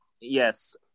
yes